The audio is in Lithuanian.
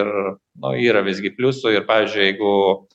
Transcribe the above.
ir nu yra visgi pliusų ir pavyzdžiui jeigu